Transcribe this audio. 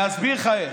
למי הוא אומר את זה?